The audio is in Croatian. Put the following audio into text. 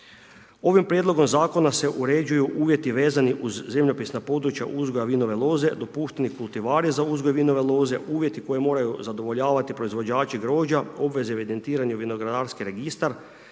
Ovim prijedlogom zakona se uređuju uvjeti vezani uz zemljopisna područja uzgoja vinove loze, dopušteni kultivare za uzgoj vinove loze, uvjeti koji moraju zadovoljavati proizvođače grožđa, obveze o evidentiranju vinogradarski registar,